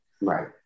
Right